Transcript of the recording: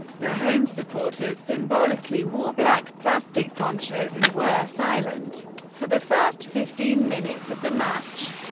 the home supporters symbolically wore black plastic ponchos and were silent for the first fifteen minutes of the match.